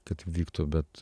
kad vyktų bet